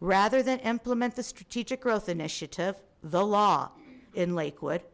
rather than implement the strategic growth initiative the law in lakewood